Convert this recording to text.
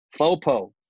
FOPO